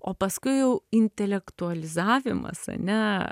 o paskui jau intelektualizavimas ne